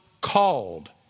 called